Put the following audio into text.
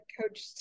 coach